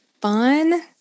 fun